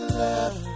love